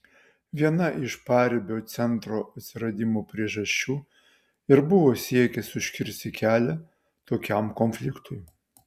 viena iš paribio centro atsiradimo priežasčių ir buvo siekis užkirsti kelią tokiam konfliktui